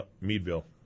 Meadville